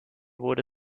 wurde